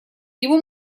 его